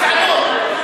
זו גזענות.